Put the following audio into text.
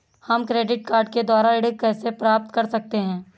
हम credit card के द्वारा ऋण कैसे प्राप्त कर सकते हैं?